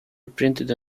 reprinted